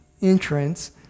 entrance